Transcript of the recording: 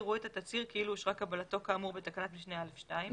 יראו את התצהיר כאילו אושרה קבלתו כאמור בתקנת משנה (א)(2)".